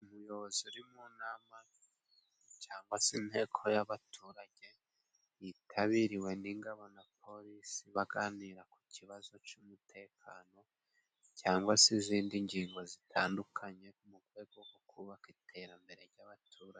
Umuyobozi uri mu nama cyangwa se inteko y'abaturage, yitabiriwe n'ingabo na polisi baganira ku kibazo cy'umutekano, cyangwa se izindi ngingo zitandukanye mu rwego rwo kubaka iterambere ry'abaturage.